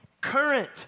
current